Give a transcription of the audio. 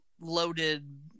loaded